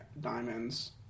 diamonds